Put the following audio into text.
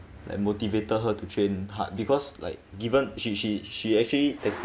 and motivated her to train hard because like given she she she actually te~